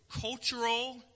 cultural